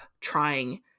trying